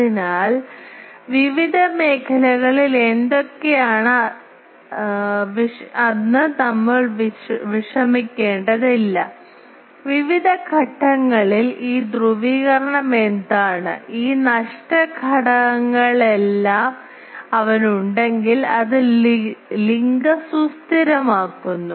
അതിനാൽ വിവിധ മേഖലകൾ എന്തൊക്കെയാണെന്ന് അദ്ദേഹം വിഷമിക്കേണ്ടതില്ല വിവിധ ഘട്ടങ്ങളിൽ ഈ ധ്രുവീകരണം എന്താണ് ഈ നഷ്ട ഘടകങ്ങളെല്ലാം അവനുണ്ടെങ്കിൽ അത് ലിങ്ക് സുസ്ഥിരമാക്കുന്നു